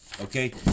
okay